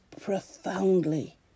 profoundly